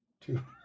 two